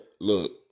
Look